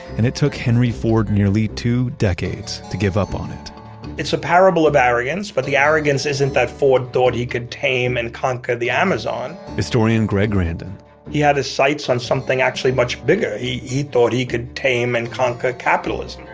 and it took henry ford nearly two decades to give up on it it's a parable of arrogance, but the arrogance isn't that ford thought he could tame and conquer the amazon historian greg grandin he had his sights on something actually much bigger. he he thought he could tame and conquer capitalism,